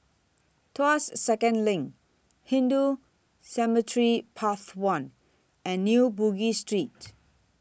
Tuas Second LINK Hindu Cemetery Path one and New Bugis Street